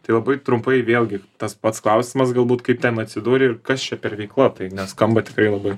tai labai trumpai vėlgi tas pats klausimas galbūt kaip ten atsidūrei ir kas čia per veikla nes skamba tikrai labai